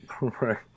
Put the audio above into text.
Right